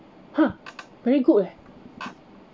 !huh! very good leh